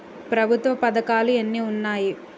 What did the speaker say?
ప్రభుత్వ పథకాలు ఎన్ని ఉన్నాయి?